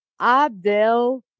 Abdel